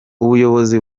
ubuyobozi